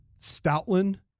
Stoutland